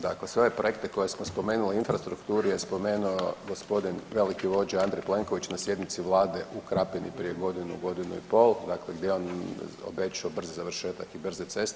Dakle, sve ove projekte koje smo spomenuli u infrastrukturi je spomenu gospodin veliki vođa Andrej Plenković na sjednici vlade u Krapini prije godinu, godinu i pol, dakle gdje je on obećao brzi završetak i brze ceste.